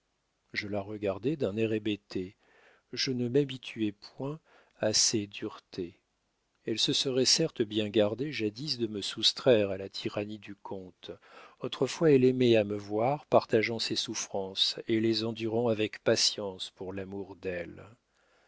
je la regardai d'un air hébété je ne m'habituais point à ses duretés elle se serait certes bien gardée jadis de me soustraire à la tyrannie du comte autrefois elle aimait à me voir partageant ses souffrances et les endurant avec patience pour l'amour d'elle